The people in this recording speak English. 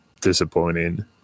disappointing